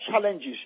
challenges